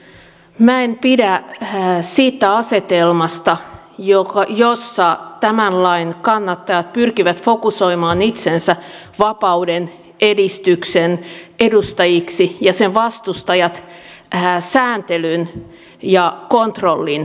minä en pidä siitä asetelmasta jossa tämän lain kannattajat pyrkivät fokusoimaan itsensä vapauden edistyksen edustajiksi ja sen vastustajat sääntelyn ja kontrollin kannattajiksi